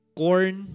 corn